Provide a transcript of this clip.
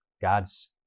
God's